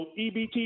EBT